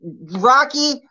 Rocky